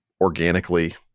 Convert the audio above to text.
organically